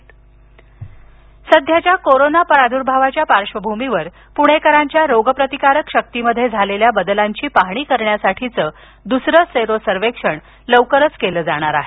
sero सर्वेक्षण सध्याच्या corona प्रादुर्भावाच्या पार्श्वभूमीवर पुणेकरांच्या रोगप्रतिकारक शक्तीमध्ये झालेल्या बदलाची पाहणी करण्यासाठीचं दुसरं सेरो सर्वेक्षण लवकरच केलं जाणार आहे